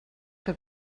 que